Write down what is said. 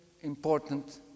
important